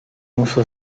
uso